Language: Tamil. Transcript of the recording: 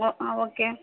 ஓ ஆ ஓகே